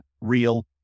real